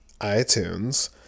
iTunes